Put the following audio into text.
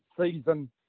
season